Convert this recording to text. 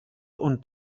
und